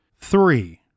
Three